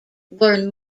were